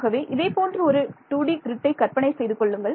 ஆகவே இதைப் போன்று ஒரு 2D கிரிட்டை கற்பனை செய்து கொள்ளுங்கள்